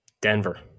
Denver